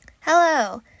hello